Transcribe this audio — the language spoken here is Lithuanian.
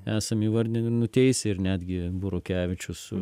esam įvardinę ir nuteisę ir netgi burokevičius su